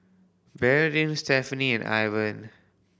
Bernadine Stephenie and Ivan